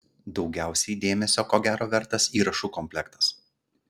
daugiausiai dėmesio ko gero vertas įrašų komplektas